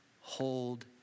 hold